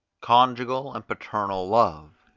conjugal and paternal love.